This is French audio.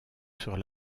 sur